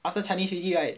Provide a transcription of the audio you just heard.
after chinese already right